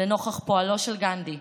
נוכח פועלו של גנדי,